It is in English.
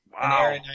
Wow